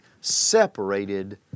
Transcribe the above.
separated